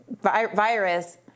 virus